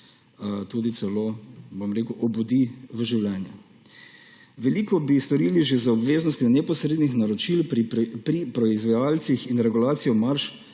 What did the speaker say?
tudi celo obudi v življenje. Veliko bi storili že z obveznostjo neposrednih naročil pri proizvajalcih in regulacijo marž